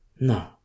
No